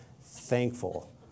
thankful